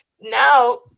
now